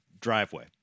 driveway